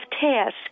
task